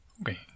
Okay